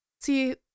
See